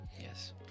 Yes